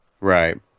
Right